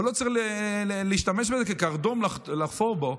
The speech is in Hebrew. אבל לא צריך להשתמש בזה כקרדום לחפור בו,